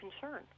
concern